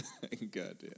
Goddamn